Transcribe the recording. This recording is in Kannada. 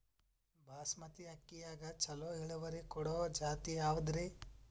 ಬಾಸಮತಿ ಅಕ್ಕಿಯಾಗ ಚಲೋ ಇಳುವರಿ ಕೊಡೊ ಜಾತಿ ಯಾವಾದ್ರಿ?